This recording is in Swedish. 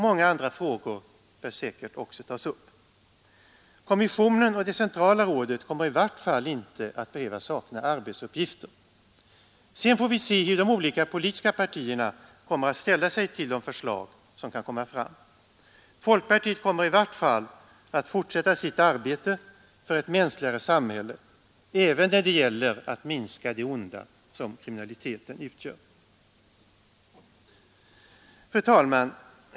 Många andra frågor kan också behöva tas upp. Kommissionen och det centrala rådet kommer i vart fall inte att behöva sakna arbetsuppgifter. Sedan får vi se hur de olika politiska partierna kommer att ställa sig till de förslag som kan komma fram. Folkpartiet kommer i varje fall att fortsätta att arbeta för ett mänskligare samhälle även när det gäller att minska det onda som kriminaliteten utgör. Fru talman!